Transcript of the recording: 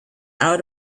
out